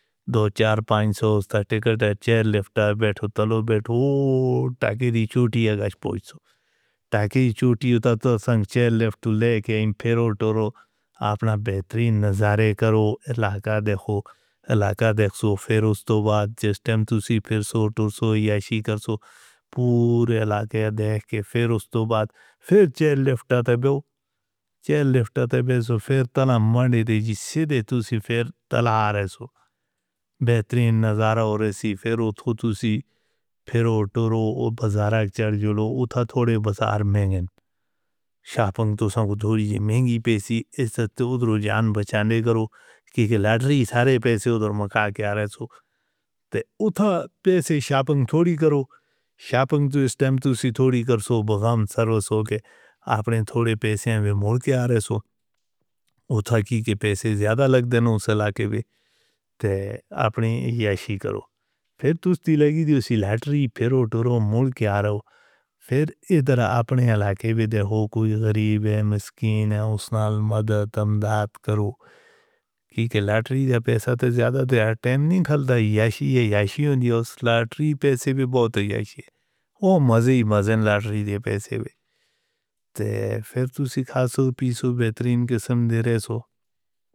دو چار ہزار ایک سو اُس تک ٹکٹ ہے، چیئر لے پھٹ آئے بیٹھو تلو بیٹھو تاکی دی چوٹی اگاز پوے سو تاکی دی چوٹی اُتار دے سنگ چیئر لے پھٹ لیک اینپھیرو ٹورو اپنا بہترین نظارے کرو علاقے دے ہو علاقے دے سو پھیرو تو بات جسٹ ٹائم تُسی پھیر سو ٹور سو یا شی کرو سو۔ پورے لا کے دیکھ کے پھیرو تو بعد پھیر جیل لے پھٹ آتے بو جیل لے پھٹ آتے بیسو پھیر تلا منڈی رے جی سی دے تو سی پھیر تلاڑے سو بہترین نظارہ اور ایسی پھیرو تُو تُو سی پھیرو ٹورو اور بازارک چر جوڑو اُتھوڑے بازار میں۔ شاپن تو سب تھوڑی مہنگی پیسی یہ سب جان بچانے کرو کیونکہ لاٹری سارے پیسے اُدھر مَکا کے آ رہے سو اُٹھ پیسے شاپن تھوڑی کرو شاپن تو اِس ٹائم تُسی تھوڑی کرو سو بھگوان سرو سو کے اپنے تھوڑے پیسے ہیں او مُڑ کے آ رہے سو۔ او تھکی کے پیسے زیادہ لگ دے نا اُسے لا کے بھی تو اپنی یاشی کرو پھیر کُشتی لگی تھی اُسی لاٹری پھیرو ٹھورو مِل کے آ رہو، پھیر اِدھر اپنے علاقے میں دیکھو کوئی غریب مسکین اور سنیال مدد مددت کرو۔ ٹھیک ہے لاٹری یا پیسہ تو زیادہ تو یار 10 نہیں کھلدا ہے یاشی ہے یاشی ہو لاٹری پیسے بھی بہت ہے یاشی ہے اوہ مزے ہی مزے نی لاٹری تھی پیسے بھی تے پھیر تو سکھا سو پیسو بہترین قسم دے رہے سو۔